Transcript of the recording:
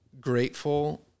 grateful